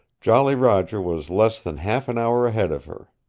jolly roger was less than half an hour ahead of her.